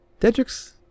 Dedrick's